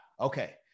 Okay